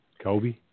Kobe